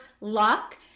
luck